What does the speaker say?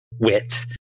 wit